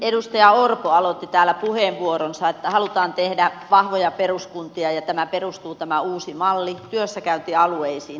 edustaja orpo aloitti täällä puheenvuoronsa että halutaan tehdä vahvoja peruskuntia ja tämä uusi malli perustuu työssäkäyntialueisiin